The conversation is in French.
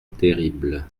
terrible